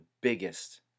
biggest